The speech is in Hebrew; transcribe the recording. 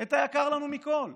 את היקר לנו מכול,